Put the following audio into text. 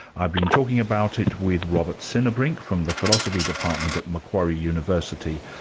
i've been talking about it with robert sinnerbrink from the philosophy department at macquarie university.